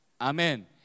Amen